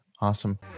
Awesome